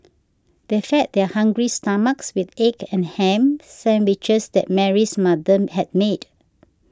they fed their hungry stomachs with the egg and ham sandwiches that Mary's mother had made